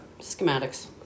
Schematics